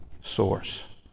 source